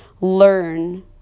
Learn